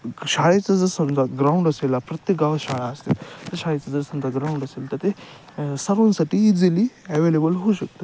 क् शाळेचं जर समजा ग्राउंड असेल आ प्रत्येक गावात शाळा असते त्या शाळेचं जर समजा ग्राउंड असेल तर ते सर्वांसाठी इझिली ॲवेलेबल होऊ शकतं